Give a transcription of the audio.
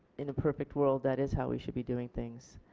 in a perfect world that is how we should be doing things